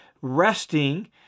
resting